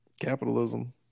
Capitalism